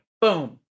Boom